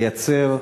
לייצר היום,